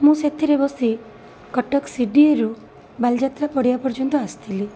ମୁଁ ସେଥିରେ ବସି କଟକ ସିଡ଼ିଏରୁ ବାଲିଯାତ୍ରା ପଡ଼ିଆ ପର୍ଯ୍ୟନ୍ତ ଆସିଥିଲି